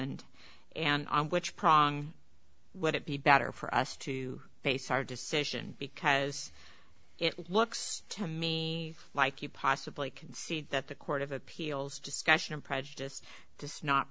and and which pronk would it be better for us to base our decision because it looks to me like you possibly can see that the court of appeals discussion prejudice does not